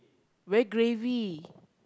very gravy